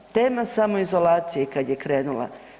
Tema samoizolacije kad je krenula.